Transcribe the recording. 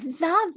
love